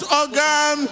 organ